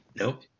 Nope